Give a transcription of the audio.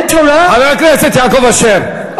חבר הכנסת יעקב אשר,